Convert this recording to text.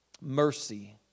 mercy